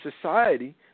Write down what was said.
society